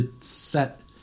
set